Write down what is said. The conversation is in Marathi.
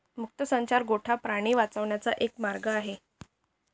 मुक्त संचार गोठा प्राणी वाढवण्याचा एक मार्ग आहे